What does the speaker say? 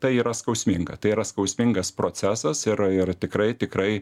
tai yra skausminga tai yra skausmingas procesas ir tikrai tikrai